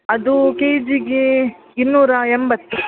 ಅದು ಕೆ ಜಿಗೆ ಇನ್ನೂರ ಎಂಬತ್ತು